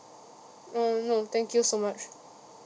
mm no thank you so much